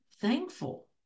thankful